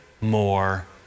more